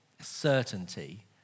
certainty